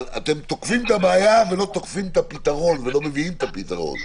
אתם תוקפים את הבעיה ולא מביאים את הפתרון,